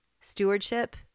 stewardship